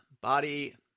body